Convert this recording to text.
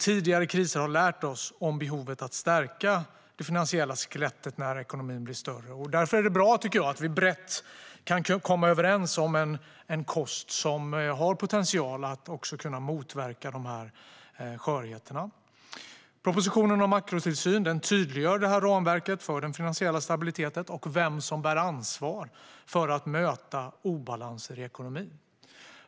Tidigare kriser har lärt oss behovet av att stärka det finansiella skelettet när ekonomin blir större. Därför är det bra att vi brett kan komma överens om en kost som har potential att motverka skörheterna. Propositionen om makrotillsyn tydliggör ramverket för den finansiella stabiliteten och vem som bär ansvar för att möta obalanser i ekonomin.